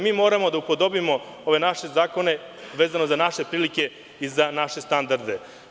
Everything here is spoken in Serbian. Mi moramo da upodobimo ove naše zakone vezano za naše prilike i za naše standarde.